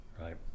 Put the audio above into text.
right